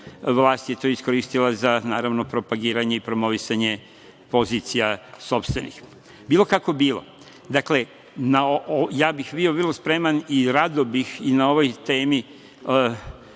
vlast je to iskoristila za, naravno, propagiranje i promovisanje sopstvenih pozicija .Bilo kako bilo, dakle, ja bih bio vrlo spreman i rado bih i na ovoj temi